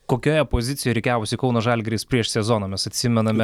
kokioje pozicijoje rikiavosi kauno žalgiris prieš sezoną mes atsimename